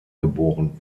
geboren